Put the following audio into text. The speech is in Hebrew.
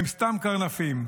הם סתם קרנפים.